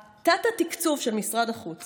תת-התקצוב של משרד החוץ